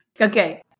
Okay